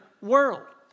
world